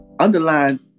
Underline